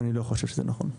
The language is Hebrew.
אני לא חושב שזה נכון.